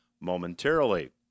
momentarily